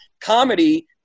comedy